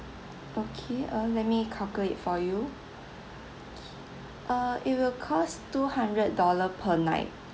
okay uh let me calculate for you okay uh it will cost two hundred dollar per night